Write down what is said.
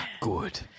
Good